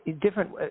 different